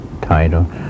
title